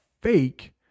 fake